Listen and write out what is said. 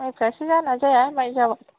माइफ्रासो जाना जाया मायजाबाथ'